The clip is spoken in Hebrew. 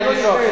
אנחנו לא ניתן,